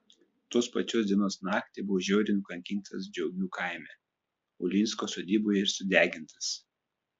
tos pačios dienos naktį buvo žiauriai nukankintas džiaugių kaime ulinsko sodyboje ir sudegintas